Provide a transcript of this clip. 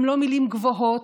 הם לא מילים גבוהות,